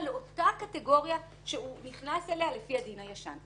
לאותה קטגוריה שהוא נכנס אליה לפי הדין הישן.